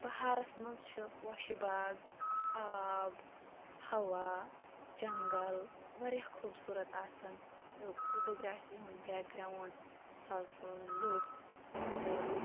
بَہارَس مَنٛز چھِ پوشہِ باغ آب ہَوا جَنٛگَل واریاہ خوٗبصورَت آسان تہٕ فوٹوگرافی ہُنٛد بیک گراوُنٛڈ اِنسان سُنٛد لُک تہٕ